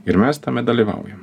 ir mes tame dalyvaujam